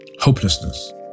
Hopelessness